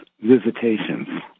visitations